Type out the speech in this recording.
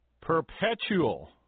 perpetual